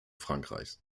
frankreichs